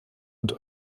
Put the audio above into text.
und